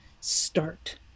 start